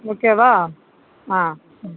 ஓகேவா ஆ ம்